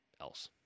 else